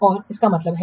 तो इसका क्या मतलब है